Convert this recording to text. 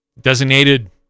Designated